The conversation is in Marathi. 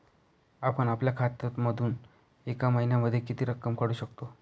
आपण आपल्या खात्यामधून एका महिन्यामधे किती रक्कम काढू शकतो?